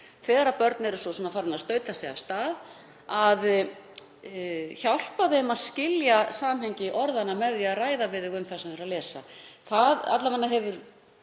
þegar börn eru farin að stauta sig af stað, að hjálpa þeim að skilja samhengi orðanna með því að ræða við þau um það sem þau voru að lesa.